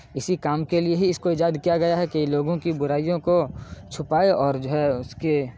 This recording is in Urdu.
اسی کام کے لیے ہی اس کو ایجاد کیا گیا ہے کہ یہ لوگوں کی برائیوں کو چھپائے اور جو ہے اس کے